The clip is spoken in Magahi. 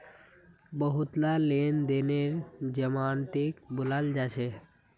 बहुतला लेन देनत जमानतीक बुलाल जा छेक